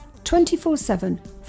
24-7